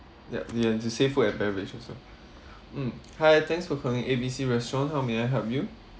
yup you have to say food and beverage also mm hi thanks for calling A_B_C restaurant how may I help you